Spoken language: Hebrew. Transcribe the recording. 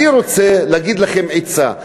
אני רוצה להגיד לכם עצה,